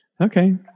Okay